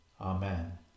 Amen